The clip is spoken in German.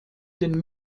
den